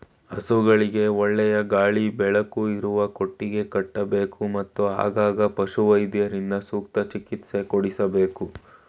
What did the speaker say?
ಹಸುಗಳಿಗೆ ಒಳ್ಳೆಯ ಗಾಳಿ ಬೆಳಕು ಇರುವ ಕೊಟ್ಟಿಗೆ ಕಟ್ಟಬೇಕು, ಮತ್ತು ಆಗಾಗ ಪಶುವೈದ್ಯರಿಂದ ಸೂಕ್ತ ಚಿಕಿತ್ಸೆ ಕೊಡಿಸಬೇಕು